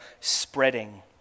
spreading